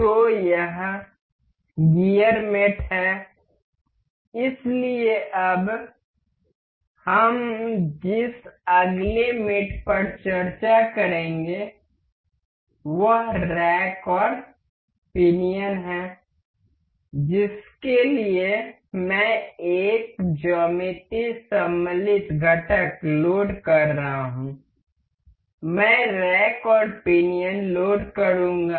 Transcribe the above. तो यह gear mate है इसलिए अब हम जिस अगले मेट पर चर्चा करेंगे वह रैक और पिनियन है जिसके लिए मैं एक ज्यामिति सम्मिलित घटक लोड कर रहा हूं मैं रैक और एक पिनियन लोड करूंगा